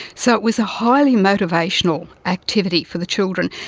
so it was a highly motivational activity for the children.